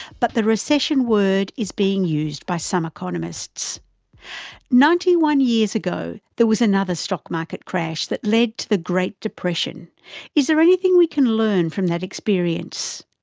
but the recession word is being used by economist. ninety one years ago, there was another stock market crash that led to the great depression is there anything we can learn from that experience.